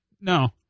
no